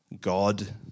God